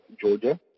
Georgia